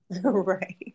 Right